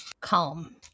Calm